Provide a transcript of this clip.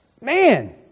Man